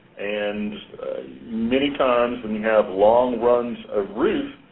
and many times and have long runs of roof,